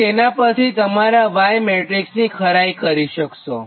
તોતેનાં પરથી તમે તમારા y મેટ્રીક્સની ખરાઇ કરી શક્શો